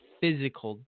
physical